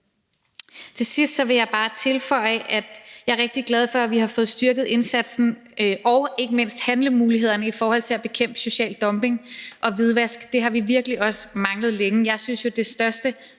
Til sidst vil jeg bare tilføje, at jeg er rigtig glad for, at vi har fået styrket indsatsen og ikke mindst handlemulighederne i forhold til at bekæmpe social dumping og hvidvask. Det har vi virkelig også manglet længe. Jeg synes jo, at det største